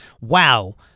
wow